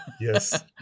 Yes